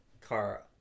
car